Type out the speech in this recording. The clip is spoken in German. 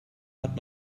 hat